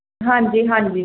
ਹਾਂਜੀ ਹਾਂਜੀ ਜੀ